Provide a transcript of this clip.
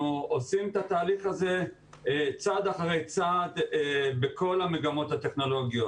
עושים את התהליך הזה צעד אחרי צעד בכל המגמות הטכנולוגיות.